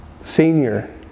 Senior